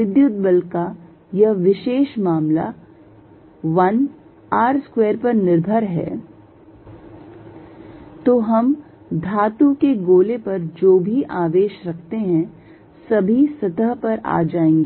विद्युत बल का यह विशेष मामला 1 r square पर निर्भर है तो हम धातु के गोले पर जो भी आवेश रखते हैं सभी सतह पर आ जाएंगे